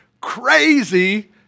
crazy